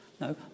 No